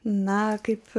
na kaip